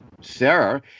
Sarah